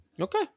Okay